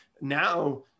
now